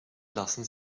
lassen